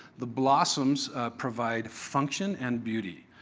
the blossoms provide function and beauty.